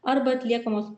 arba atliekamos